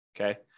Okay